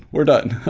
we're done,